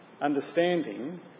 understanding